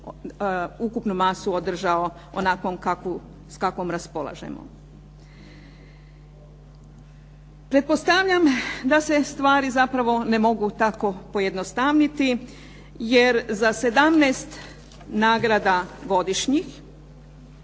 ukupnu masu održao onakvom s kakvom raspolažemo. Pretpostavljam da se stvari zapravo ne mogu tako pojednostavniti, jer za 17 nagrada godišnjih